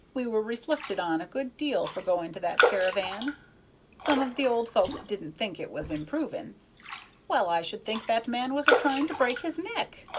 we were reflected on a good deal for going to that caravan some of the old folks didn't think it was improvin' well, i should think that man was a trying to break his neck!